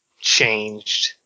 changed